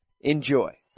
Enjoy